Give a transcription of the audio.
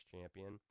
champion